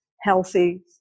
healthy